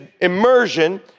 immersion